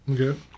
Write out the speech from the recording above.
Okay